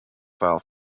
file